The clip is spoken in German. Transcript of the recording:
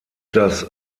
das